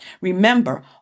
Remember